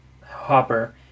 Hopper